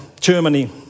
Germany